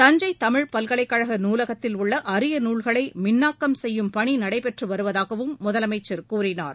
தஞ்சை தமிழ் பல்கலைகழக நூலகத்தில் உள்ள அரிய நூல்களை மின்னாக்கம் செய்யும் பணி நடைபெற்று வருவதாகவும் முதலமைச்சர் கூறினார்